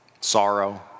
Sorrow